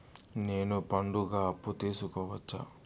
నేను పండుగ అప్పు తీసుకోవచ్చా?